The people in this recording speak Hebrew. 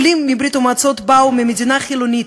העולים מברית-המועצות באו ממדינה חילונית,